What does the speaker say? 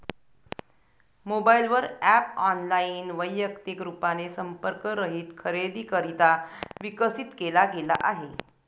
mobile वर app online, वैयक्तिक रूपाने संपर्क रहित खरेदीकरिता विकसित केला गेला आहे